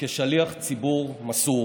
וכשליח ציבור מסור,